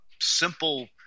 simple